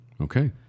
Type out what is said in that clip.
okay